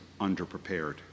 underprepared